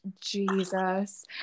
Jesus